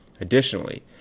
Additionally